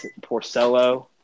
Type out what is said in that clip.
Porcello